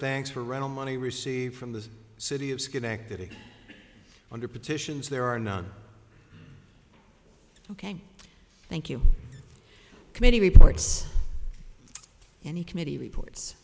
thanks for running money received from the city of schenectady under petitions there are not ok thank you committee reports any committee reports